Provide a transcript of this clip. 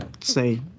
say